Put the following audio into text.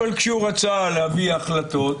אבל כשהוא רצה להביא החלטות,